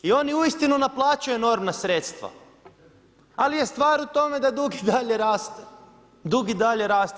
I oni uistinu naplaćuje normna sredstva, ali je stvar u tome da dug i dalje raste, dug i dalje raste.